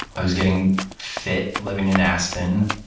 i was getting fit, living in aspen,